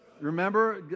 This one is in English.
Remember